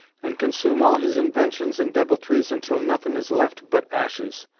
and consume all his inventions and deviltries, until nothin' is left but ashes,